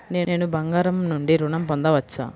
నేను బంగారం నుండి ఋణం పొందవచ్చా?